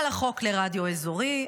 על החוק לרדיו אזורי,